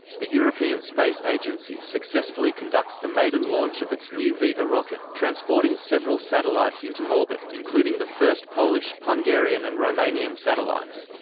the european space agency successfully conducts the maiden launch of its new vega rocket, transporting several satellites into orbit, including the first polish, hungarian and romanian satellites.